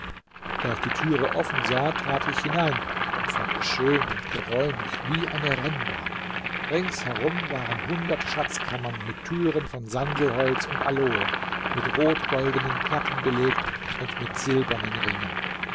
da ich die türe offen sah trat ich hinein und fand es schön und geräumig wie eine rennbahn rings herum waren hundert schatzkammern mit türen von sandelholz und aloe mit rotgoldenen platten belegt und mit silbernen ringen